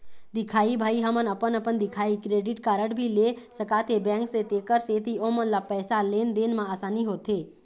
दिखाही भाई हमन अपन अपन दिखाही क्रेडिट कारड भी ले सकाथे बैंक से तेकर सेंथी ओमन ला पैसा लेन देन मा आसानी होथे?